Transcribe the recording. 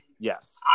Yes